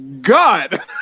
God